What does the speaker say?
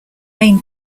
main